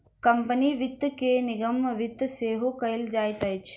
company वित्त के निगम वित्त सेहो कहल जाइत अछि